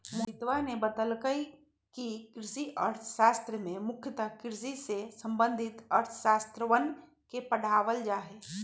मोहितवा ने बतल कई कि कृषि अर्थशास्त्र में मुख्यतः कृषि से संबंधित अर्थशास्त्रवन के पढ़ावल जाहई